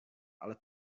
ale